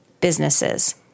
businesses